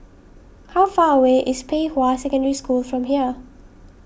how far away is Pei Hwa Secondary School from here